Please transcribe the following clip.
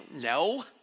No